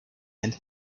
and